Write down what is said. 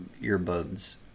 earbuds